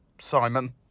Simon